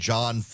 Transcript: John